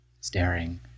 staring